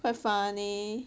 quite funny